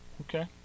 okay